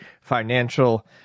financial